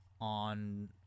On